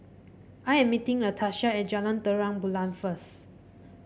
I am meeting Latasha at Jalan Terang Bulan first